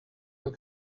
your